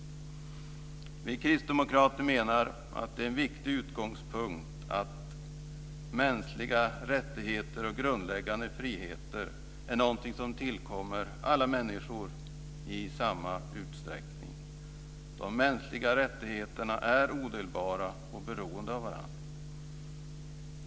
Vi kristdemokrater menar att en viktig utgångspunkt är att mänskliga rättigheter och grundläggande friheter är något som tillkommer alla människor i samma utsträckning. De mänskliga rättigheterna är odelbara och beroende av varandra.